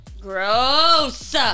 Gross